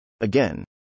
Again